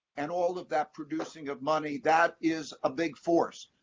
and all of that producing of money, that is a big force.